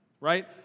right